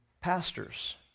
pastors